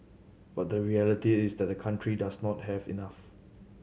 but the reality is that the country does not have enough